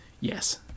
yes